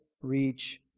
reach